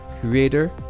Creator